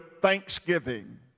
thanksgiving